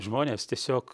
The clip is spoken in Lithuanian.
žmonės tiesiog